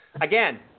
Again